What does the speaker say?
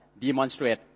Demonstrate